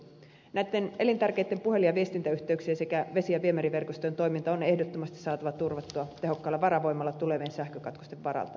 näitten elintärkeitten puhelin ja viestintäyhteyksien sekä vesi ja viemäriverkostojen toiminta on ehdottomasti saatava turvattua tehokkaalla varavoimalla tulevien sähkökatkosten varalta